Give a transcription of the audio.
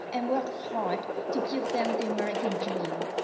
and worked hard to give them the american dream.